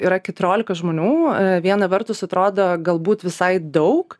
yra keturiolika žmonių viena vertus atrodo galbūt visai daug